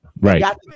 right